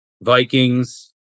Vikings